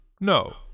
No